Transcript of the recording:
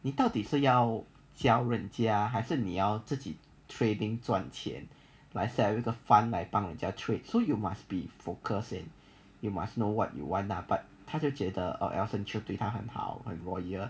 你到底是要教人家还是你要自己 trading 赚钱来 set up 一个 fund 来帮人家 trade so you must be focused in you must know what you want lah but 他就觉得 elson chew 对她很好很 loyal